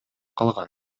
калган